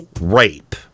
rape